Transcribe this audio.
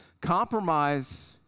Compromise